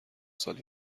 سال